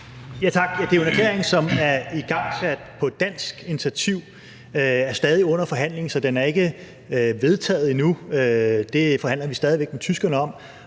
Det er jo en erklæring, som er igangsat på dansk initiativ og stadig er under forhandling, så den er ikke vedtaget endnu. Det forhandler vi stadig væk med tyskerne om.